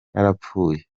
narapfuye